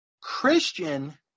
Christian